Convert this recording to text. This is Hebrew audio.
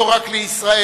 לא רק לישראל,